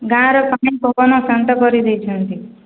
ଗାଁର ପାଣି ପବନ ବନ୍ଦ କରି ଦେଇଛନ୍ତି